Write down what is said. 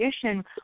condition